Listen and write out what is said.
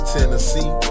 Tennessee